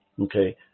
okay